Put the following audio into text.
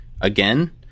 again